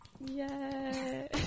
Yay